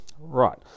Right